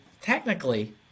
technically